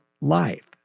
life